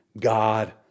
God